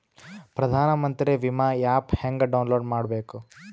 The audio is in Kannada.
ಪ್ರಧಾನಮಂತ್ರಿ ವಿಮಾ ಆ್ಯಪ್ ಹೆಂಗ ಡೌನ್ಲೋಡ್ ಮಾಡಬೇಕು?